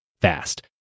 fast